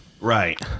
Right